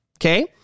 Okay